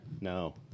No